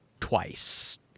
twice